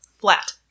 flat